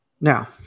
Now